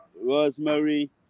Rosemary